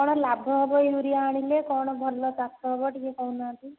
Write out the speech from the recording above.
କଣ ଲାଭ ହେବ ୟୁରିଆ ଆଣିଲେ କଣ ଭଲ ଚାଷ ହେବ ଟିକିଏ କହୁନାହାନ୍ତି